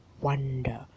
wonder